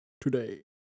today